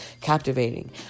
captivating